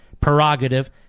prerogative